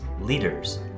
leaders